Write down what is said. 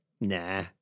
Nah